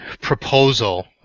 proposal